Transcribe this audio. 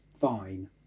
fine